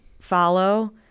follow